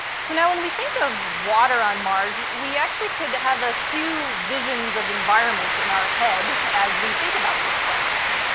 so, now, when we think of water on mars, we actually could have a few visions of environment in our head as we think about this question.